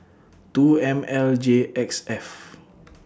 two M L J X F